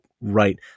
right